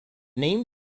name